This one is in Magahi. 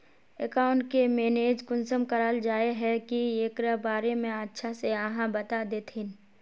अकाउंट के मैनेज कुंसम कराल जाय है की एकरा बारे में अच्छा से आहाँ बता देतहिन?